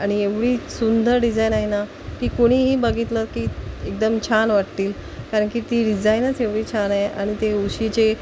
आणि एवढी सुंदर डिझायन आहे ना की कोणीही बघितलं की एकदम छान वाटतील कारणकी ती डिझायनच एवढी छान आहे आणि ते उशीचे